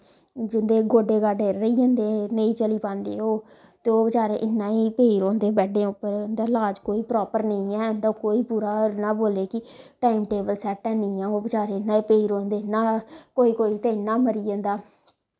जिन्दे गोड्डे गाड्डे रेही जंदे नेईं चली पांदे ओह् ते ओह् बचारे इयां ई पेई रौंह्दे बैड्डें उप्पर इंदा लाज़ कोई प्रापर नेंई ऐ इंया कोई पूरा इ'यां बोलदे कि टाईम टेवल सैट्ट हैनी ओह् बचैरे इ'यां ई पेई रौंह्दे न कोई कोई ते इयां गै मरी जंदा